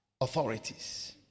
authorities